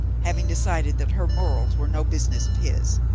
having decided that her morals were no business of his.